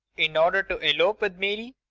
in order to elope with mary?